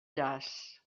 llaç